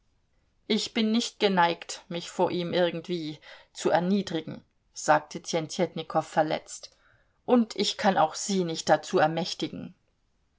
ich bin nicht geneigt mich vor ihm irgendwie zu erniedrigen sagte tjentjetnikow verletzt und ich kann auch sie nicht dazu ermächtigen